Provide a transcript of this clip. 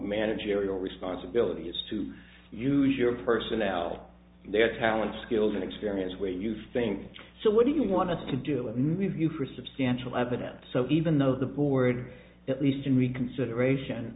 managerial responsibility is to use your personnel their talents skills and experience where you think so what do you want to do and we have you for substantial evidence so even though the board at least in reconsideration